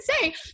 say